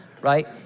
right